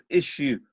issue